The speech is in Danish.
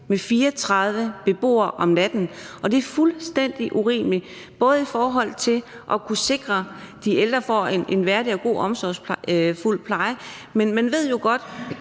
med 34 beboere om natten, og det er fuldstændig urimeligt. Det er det i forhold til at kunne sikre, at de ældre får en værdig og god omsorgsfuld pleje, men man ved jo godt,